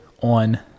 on